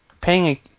paying